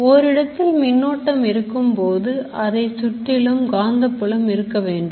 ஓரிடத்தில் மின்னோட்டம் இருக்கும்போது அதை சுற்றிலும் காந்தப்புலம் இருக்க வேண்டும்